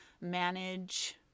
manage